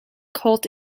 cult